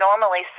normally